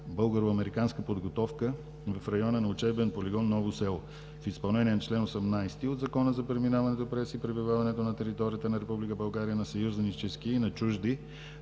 българо-американска подготовка в района на учебен полигон Ново село. В изпълнение на чл. 18 от Закона за преминаването през и пребиваването на територията на Република България на съюзнически и на чужди